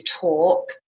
talk